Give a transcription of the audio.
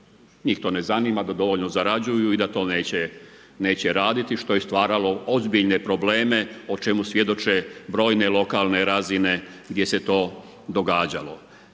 njih to ne zanima, da dovoljno zarađuju i da to neće raditi što je stvaralo ozbiljne probleme o čemu svjedoče brojne lokalne razine gdje se to događalo.